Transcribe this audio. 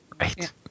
Right